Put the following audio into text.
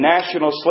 National